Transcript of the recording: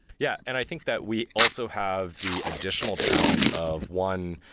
yeah. and i think that we also have the additional challenge of one,